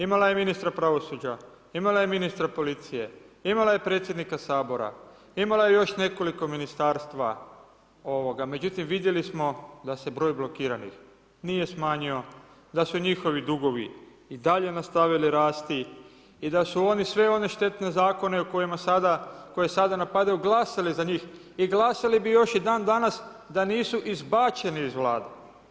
Imala je ministra pravosuđa, imala je ministra policije, imala je predsjednika Sabora, imala je još nekoliko ministarstava, međutim vidjeli smo da se broj blokiranih nije smanjio, da su njihovi dugovi i dalje nastavili rasti i da su oni sve one štetne zakone koje sada napadaju, glasali za njih i glasali bi još i dan danas da nisu izbačeni iz Vlade.